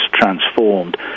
transformed